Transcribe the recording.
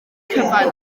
cyfan